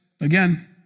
Again